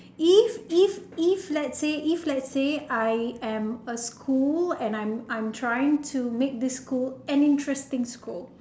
if if if let's say if let's say I am a school and I'm I'm trying to make this school an interesting school